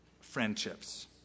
friendships